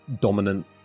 dominant